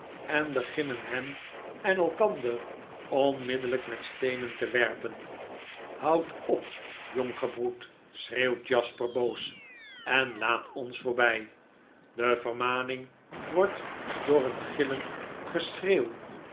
en beginnen hem en elkander onmiddellp met steenen te werpen houd op jong gebroed schreeuwt jasper boos en laat ons voorbij de vermaning wordt door een gillend gehet